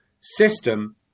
system